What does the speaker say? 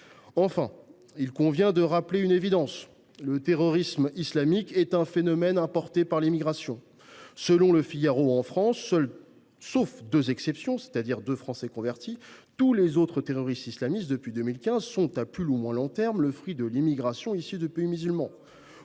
Enfin, il convient de rappeler une évidence : le terrorisme islamique est un phénomène importé par l’immigration. Selon, en France, depuis 2015 « sauf deux exceptions – deux Français convertis –, tous les autres terroristes islamistes sont, à plus ou moins long terme, le fruit de l’immigration issue des pays musulmans